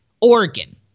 Oregon